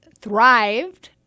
thrived